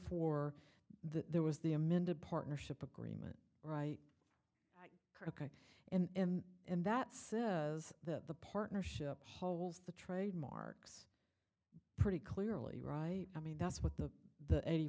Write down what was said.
four that there was the amended partnership agreement right and and that says that the partnership holds the trademarks pretty clearly right i mean that's what the the eighty